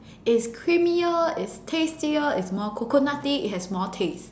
it's creamier it's tastier it is more coconutty it has more taste